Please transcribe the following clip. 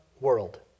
world